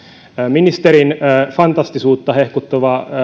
ministerin fantastisuutta hehkuttava